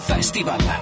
Festival